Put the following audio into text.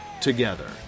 together